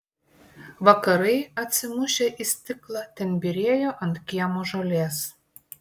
vakarai atsimušę į stiklą ten byrėjo ant kiemo žolės